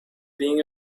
being